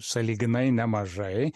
sąlyginai nemažai